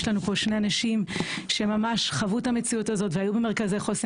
יש לנו פה שני אנשים שממש חוו את המציאות הזאת והיו במרכזי חוסן.